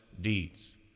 deeds